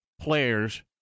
players